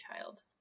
child